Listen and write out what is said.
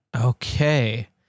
Okay